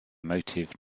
motive